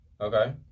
Okay